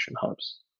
hubs